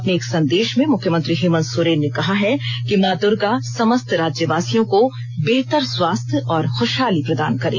अपने एक संदेश में मुख्यमंत्री हेमंत सोरेन ने कहा है कि मां दुर्गा समस्त राज्यवासियों को बेहतर स्वास्थ्य और खुशहाली प्रदान करे